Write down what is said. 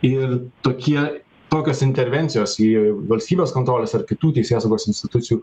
ir tokie tokios intervencijos į valstybės kontrolės ar kitų teisėsaugos institucijų